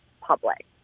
public